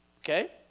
Okay